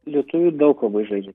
lietuvių daug labai žaidžia